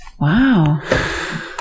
wow